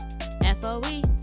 F-O-E